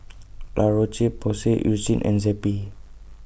La Roche Porsay Eucerin and Zappy